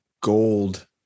gold